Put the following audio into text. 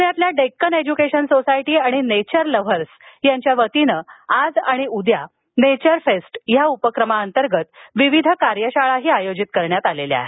प्ण्यातल्या Deccan education society आणि nature lovers यांच्या वतीनं आज आणि उद्या नेचर फेस्ट या उपक्रमाअंतर्गत विविध कार्यशाळांचं आयोजन करण्यात आलं आहे